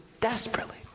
desperately